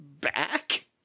back